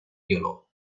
yellow